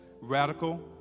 RADICAL